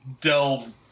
delve